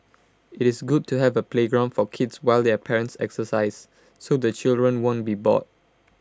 IT is good to have A playground for kids while their parents exercise so the children won't be bored